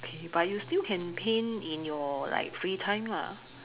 okay but you still can paint in your like free time lah